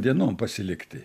dienom pasilikti